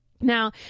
Now